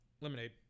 lemonade